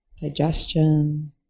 digestion